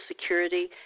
Security